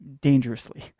dangerously